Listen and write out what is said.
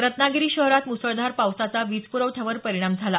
रत्नागिरी शहरात मुसळधार पावसाचा वीजप्रवठ्यावर परिणाम झाला